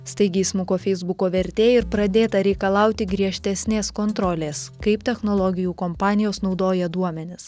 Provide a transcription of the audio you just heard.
staigiai smuko feisbuko vertė ir pradėta reikalauti griežtesnės kontrolės kaip technologijų kompanijos naudoja duomenis